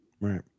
right